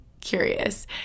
curious